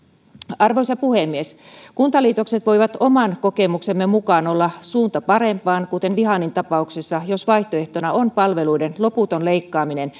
arvoisa puhemies kuntaliitokset voivat oman kokemuksemme mukaan olla suunta parempaan kuten vihannin tapauksessa jos vaihtoehtona on palveluiden loputon leikkaaminen